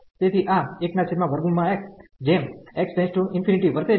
તેથી આ 1√ x જેમ x→∞ વર્તે છે